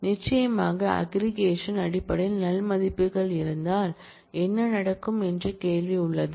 நிச்சயமாக அக்ரிகேஷன் அடிப்படையில் நல் மதிப்புகள் இருந்தால் என்ன நடக்கும் என்ற கேள்வி உள்ளது